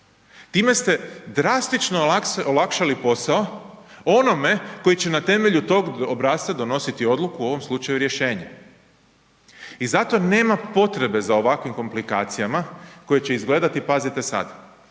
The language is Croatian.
time ste drastično olakšali posao onome koji će na temelju tog obrasca donositi odluku, u ovom slučaju rješenje i zato nema potrebe za ovakvim komplikacijama koje će izgledati pazite sad,